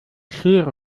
schere